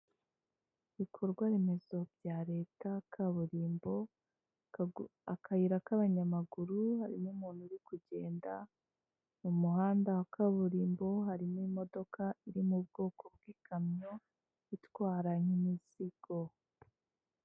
Ibiikorwaremezo bya leta, kaburimbo, akayira k'abanyamaguru, harimo umuntu uri kugenda mu muhanda wa kaburimbo, harimo imodoka iri mu bwoko bw'ikamyo itwara imizigo.